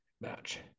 match